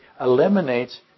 eliminates